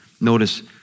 Notice